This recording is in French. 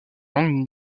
langue